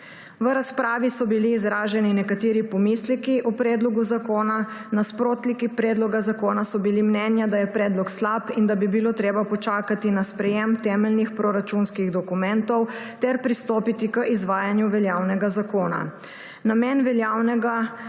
V razpravi so bili izraženi nekateri pomisleki o predlogu zakona. Nasprotniki predloga zakona so bili mnenja, da je predlog slab in da bi bilo treba počakati na sprejetje temeljnih proračunskih dokumentov ter pristopiti k izvajanju veljavnega zakona.